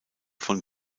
von